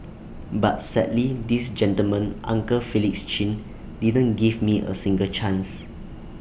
but sadly this gentleman uncle Felix chin didn't give me A single chance